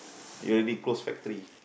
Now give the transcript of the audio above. we already close factory